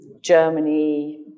Germany